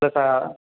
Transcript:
இல்லை சார்